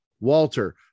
walter